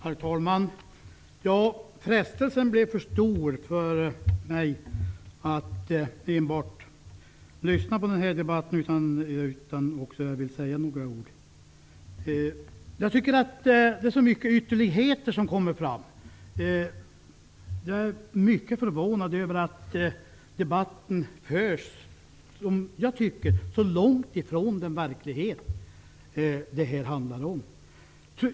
Herr talman! Frestelsen blev för stor för mig. Jag kan inte enbart lyssna till den här debatten. Jag vill också säga några ord. Jag tycker att det är så många ytterligheter som kommer fram. Jag är mycket förvånad över att debatten förs så långt från den verklighet det handlar om.